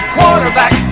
Quarterback